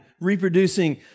reproducing